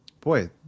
boy